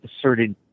asserted